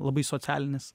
labai socialinis